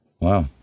Wow